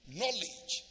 knowledge